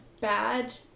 bad